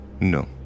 no